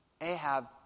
Ahab